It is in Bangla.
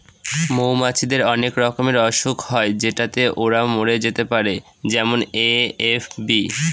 মৌমাছিদের অনেক রকমের অসুখ হয় যেটাতে ওরা মরে যেতে পারে যেমন এ.এফ.বি